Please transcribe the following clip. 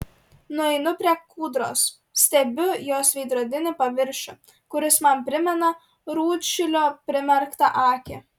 nueinu prie kūdros stebiu jos veidrodinį paviršių kuris man primena rūdšilio primerktą akį